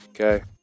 Okay